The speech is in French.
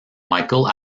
michael